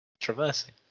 Traversing